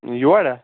یور آ